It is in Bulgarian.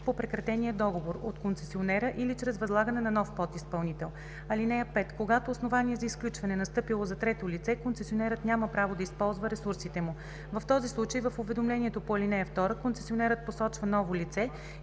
по прекратения договор – от концесионера или чрез възлагане на нов подизпълнител. (5) Когато основание за изключване е настъпило за трето лице, концесионерът няма право да използва ресурсите му. В този случай в уведомлението по ал. 2 концесионерът посочва ново лице